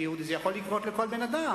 זה יכול לקרות לכל בן-אדם,